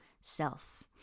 self